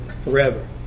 forever